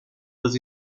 does